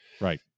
right